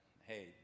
hey